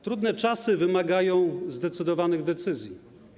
Trudne czasy wymagają zdecydowanych decyzji.